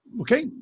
okay